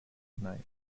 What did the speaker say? night